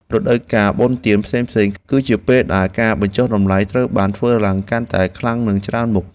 រដូវកាលបុណ្យទានផ្សេងៗ គឺជាពេលដែលការបញ្ចុះតម្លៃត្រូវបានធ្វើឡើងកាន់តែខ្លាំងនិងច្រើនមុខ។